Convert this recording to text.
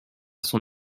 son